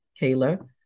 kayla